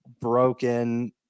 broken